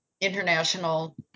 international